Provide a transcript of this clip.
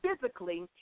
Physically